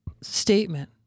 statement